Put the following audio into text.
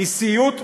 היא סיוט מתמשך.